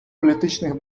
політичних